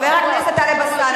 חבר הכנסת טלב אלסאנע,